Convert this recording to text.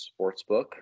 Sportsbook